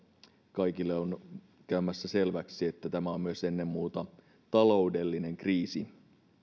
kaikille on käymässä selväksi että tämä on myös ennen muuta taloudellinen kriisi